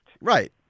Right